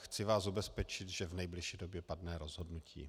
Chci vás ubezpečit, že v nejbližší době padne rozhodnutí.